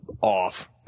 off